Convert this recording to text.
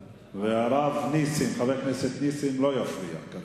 הרב חבר הכנסת נסים זאב לא יפריע כרגע.